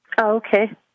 Okay